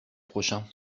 prochain